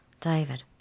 David